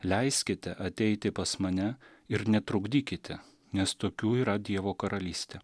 leiskite ateiti pas mane ir netrukdykite nes tokių yra dievo karalystė